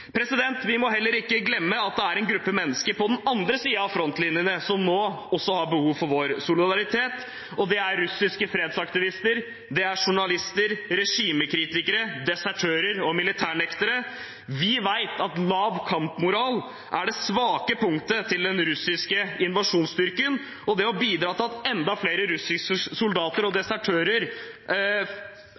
Vi må heller ikke glemme at det er en gruppe mennesker på den andre siden av frontlinjen, som nå også har behov for vår solidaritet, og det er russiske fredsaktivister. Det er journalister, regimekritikere, desertører og militærnektere. Vi vet at lav kampmoral er det svake punktet til den russiske invasjonsstyrken, og det å bidra til at enda flere russiske soldater